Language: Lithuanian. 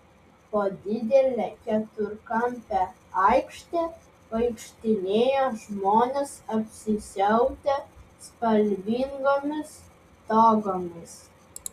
po didelę keturkampę aikštę vaikštinėjo žmonės apsisiautę spalvingomis togomis